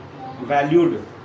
valued